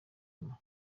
clement